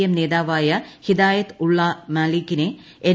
M നേതാവായ Hidayatullah മാലിക്കിനെ N